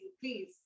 please